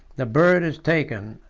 the bird is taken,